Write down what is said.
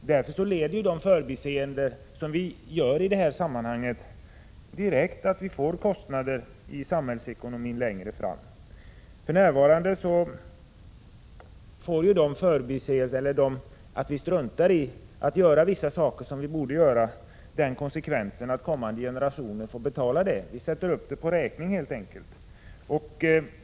Därför leder de förbiseenden vi gör i detta sammanhang utan vidare till att vi får kostnader som belastar samhällsekonomin längre fram. Det faktum att vi struntar i att göra vissa saker som vi borde göra leder till att kommande generationer får betala detta — vi sätter helt enkelt upp det på räkning.